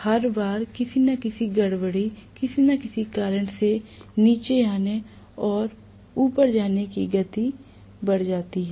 हर बार किसी न किसी गड़बड़ी किसी न किसी कारण से नीचे आने या ऊपर जाने की गति बढ़ रही है